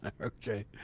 Okay